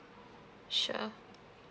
sure